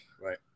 Right